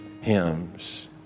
hymns